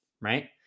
right